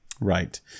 Right